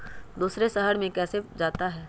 दूसरे शहर मे कैसे जाता?